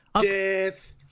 death